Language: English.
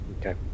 Okay